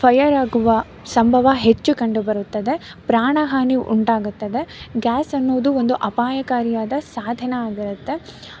fire ಆಗುವ ಸಂಭವ ಹೆಚ್ಚು ಕಂಡುಬರುತ್ತದೆ ಪ್ರಾಣ ಹಾನಿ ಉಂಟಾಗತ್ತದೆ ಗ್ಯಾಸ್ ಅನ್ನುವುದು ಒಂದು ಅಪಾಯಕಾರಿಯಾದ ಸಾಧನ ಆಗಿರುತ್ತೆ